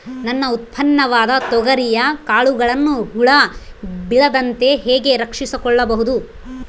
ನನ್ನ ಉತ್ಪನ್ನವಾದ ತೊಗರಿಯ ಕಾಳುಗಳನ್ನು ಹುಳ ಬೇಳದಂತೆ ಹೇಗೆ ರಕ್ಷಿಸಿಕೊಳ್ಳಬಹುದು?